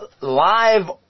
live